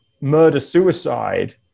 murder-suicide